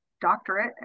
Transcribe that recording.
doctorate